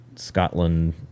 scotland